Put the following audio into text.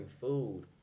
food